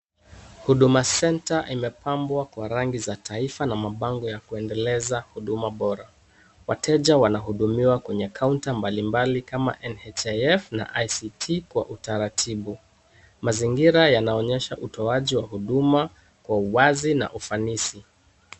Huduma centre imepambwa kwa rangibza taifa na mabango ya kuendeleza huduma bora. Wateja wanahudumiwa kwa kaunta mbalimbali kama NHIF na ICT kwa utaratibu. Mazingira yanaonyesha utoaji wa huduma kwa wazi na ufanisi.